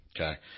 okay